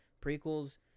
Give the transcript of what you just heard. prequels